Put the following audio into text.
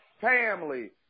family